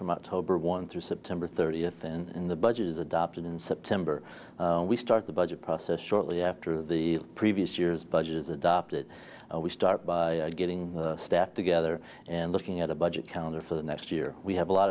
from october one through september thirtieth and the budget is adopted in september we start the budget process shortly after the previous year's budget is adopted we start getting the staff together and looking at the budget counter for the next year we have a lot